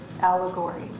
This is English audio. allegory